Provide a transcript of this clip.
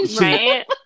right